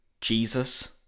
jesus